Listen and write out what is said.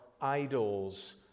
idols